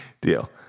deal